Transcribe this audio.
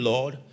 Lord